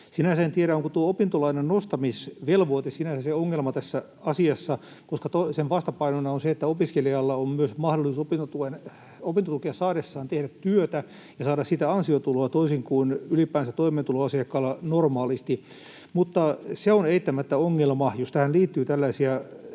En tiedä, onko tuo opintolainan nostamisvelvoite sinänsä se ongelma tässä asiassa, koska sen vastapainona on se, että opiskelijalla on opintotukea saadessaan myös mahdollisuus tehdä työtä ja saada siitä ansiotuloa toisin kuin toimeentuloasiakkaalla normaalisti ylipäänsä, mutta se on eittämättä ongelma, jos tähän liittyy tällaisia